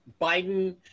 Biden